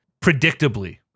predictably